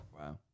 wow